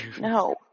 No